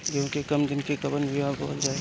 गेहूं के कम दिन के कवन बीआ बोअल जाई?